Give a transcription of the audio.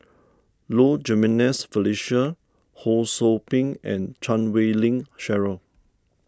Low Jimenez Felicia Ho Sou Ping and Chan Wei Ling Cheryl